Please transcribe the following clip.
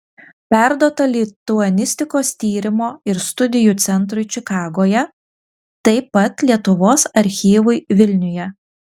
perduota lituanistikos tyrimo ir studijų centrui čikagoje taip pat lietuvos archyvui vilniuje